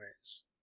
ways